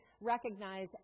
recognize